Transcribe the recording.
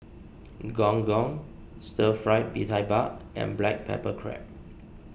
Gong Gong Stir Fry Bee Tai Mak and Black Pepper Crab